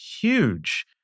huge